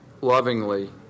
lovingly